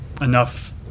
enough